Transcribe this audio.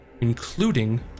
including